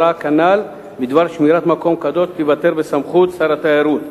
בעניין הוראה כנ"ל בדבר שמירת מקום קדוש תיוותר בסמכות שר התיירות.